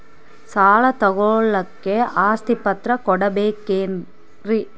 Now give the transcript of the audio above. ಸಾಲ ತೋಳಕ್ಕೆ ಆಸ್ತಿ ಪತ್ರ ಕೊಡಬೇಕರಿ?